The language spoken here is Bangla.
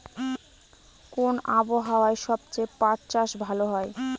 কোন আবহাওয়ায় সবচেয়ে পাট চাষ ভালো হয়?